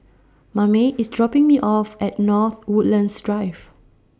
Mame IS dropping Me off At North Woodlands Drive